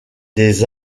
des